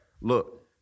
look